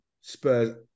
Spurs